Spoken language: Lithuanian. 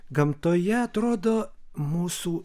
gamtoje atrodo mūsų